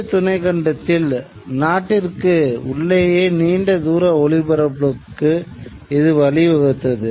இந்திய துணைக் கண்டத்தில் நாட்டிற்கு உள்ளயே நீண்ட தூர ஒலிப்பரப்புக்கு இது வழிவகுத்தது